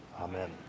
Amen